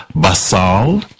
Basal